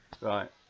Right